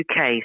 UK